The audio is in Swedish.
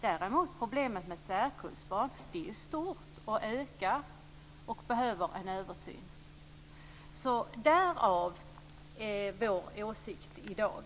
Däremot är problemet med särkullbarn stort, och det ökar. Det behöver en översyn. Därav vår åsikt i dag.